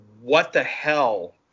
what-the-hell